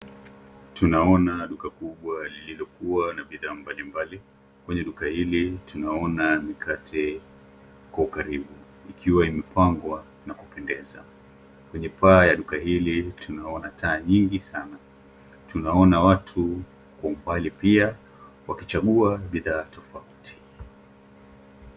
Tunaona duka kubwa lililokuwa na bidhaa mbalimbali. Kwenye duka hili, tunaona mikate kwa ukaribu, ikiwa imepangwa na kupendeza. Kwenye paa ya duka hili, tunaona taa nyingi sana. Tunaona watu kwa umbali pia wakichagua bidhaa tofauti.